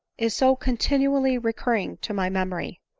is so continually recurring to my memory.